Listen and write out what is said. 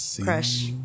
Crush